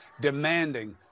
demanding